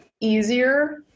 easier